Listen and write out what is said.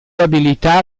abilità